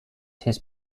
his